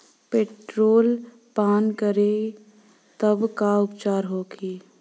Petrol पान करी तब का उपचार होखेला?